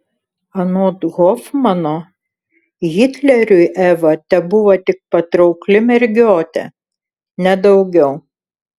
anot hofmano hitleriui eva tebuvo tik patraukli mergiotė ne daugiau